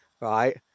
right